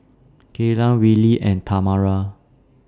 Kaylan Willie and Tamara